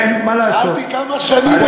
כמה שנים?